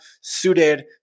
suited